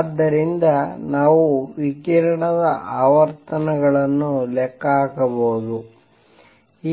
ಆದ್ದರಿಂದ ನಾವು ವಿಕಿರಣದ ಆವರ್ತನಗಳನ್ನು ಲೆಕ್ಕ ಹಾಕಬಹುದು